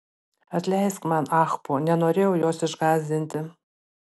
atleisk man ahpo nenorėjau jos išgąsdinti